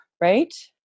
right